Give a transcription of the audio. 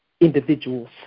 individuals